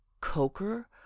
Coker